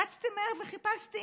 רצתי מהר וחיפשתי